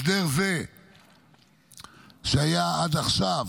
ההסדר שהיה עד עכשיו